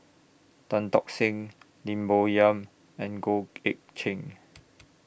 Tan Tock Seng Lim Bo Yam and Goh Eck Kheng